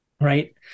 right